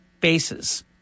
bases